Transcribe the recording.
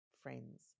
friends